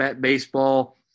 baseball